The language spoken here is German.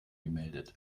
gemeldet